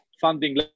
funding